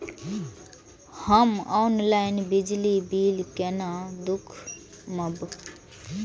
हम ऑनलाईन बिजली बील केना दूखमब?